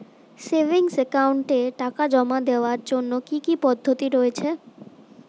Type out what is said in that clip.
Savings একাউন্টে টাকা জমা দেওয়ার জন্য কি কি পদ্ধতি রয়েছে?